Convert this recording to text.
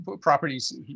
properties